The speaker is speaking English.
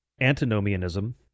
antinomianism